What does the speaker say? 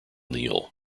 neal